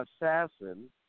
Assassin